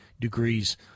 degrees